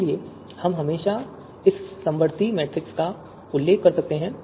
इसलिए हम हमेशा इस समवर्ती मैट्रिक्स का उल्लेख कर सकते हैं